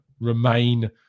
remain